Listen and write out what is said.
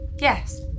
Yes